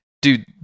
dude